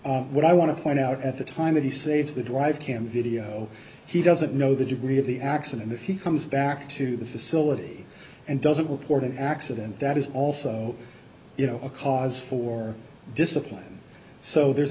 video what i want to point out at the time that he saves to drive him video he doesn't know the degree of the accident if he comes back to the facility and doesn't report an accident that is also you know a cause for discipline so there's